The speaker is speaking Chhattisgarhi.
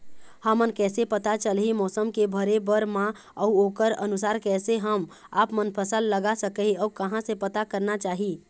हमन कैसे पता चलही मौसम के भरे बर मा अउ ओकर अनुसार कैसे हम आपमन फसल लगा सकही अउ कहां से पता करना चाही?